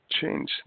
change